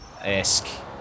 esque